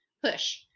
push